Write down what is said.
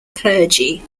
clergy